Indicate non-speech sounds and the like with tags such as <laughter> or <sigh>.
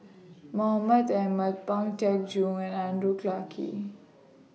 <noise> Mahmud Ahmad Pang Teck Joon and Andrew Clarke